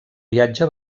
viatge